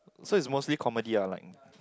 so is mostly comedic ah like